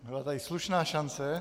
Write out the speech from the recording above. Byla tady slušná šance.